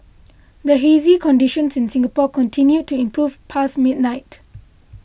the hazy conditions in Singapore continued to improve past midnight